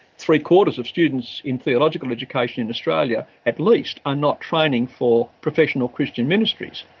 three-quarters of students in theological education in australia at least are not training for professional christian ministries.